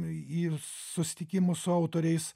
į susitikimus su autoriais